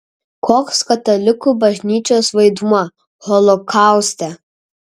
koks katalikų bažnyčios vaidmuo holokauste